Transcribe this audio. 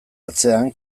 atzean